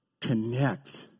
connect